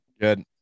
Good